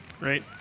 Right